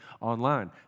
online